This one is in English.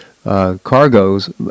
cargoes